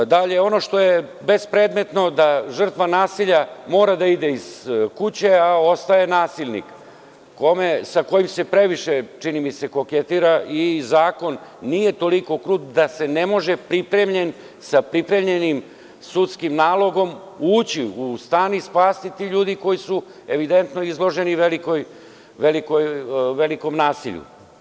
Dalje, ono što je bespredmetno jeste da žrtva nasilja mora da ide iz kuće, a ostaje nasilnik, sa kojim se previše čini mi se koketira i zakon nije toliko krut da se ne može sa pripremljenim sudskim nalogom ući u stan i spasti ljudi koji su evidentno izloženi velikom nasilju.